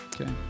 Okay